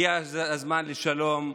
הגיע הזמן לשלום.